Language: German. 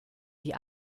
die